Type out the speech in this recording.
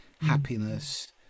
happiness